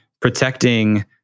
protecting